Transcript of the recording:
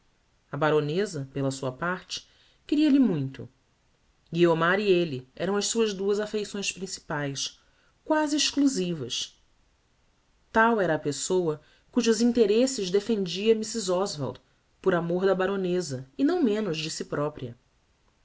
a baroneza pela sua parte queria-lhe muito guiomar e elle eram as suas duas affeições principaes quasi exclusivas tal era a pessoa cujos interesses defendia mrs oswald por amor da baroneza e não menos de si propria